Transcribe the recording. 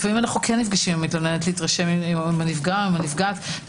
לפעמים אנחנו כן נפגשים כדי להתרשם ממנה וכו'.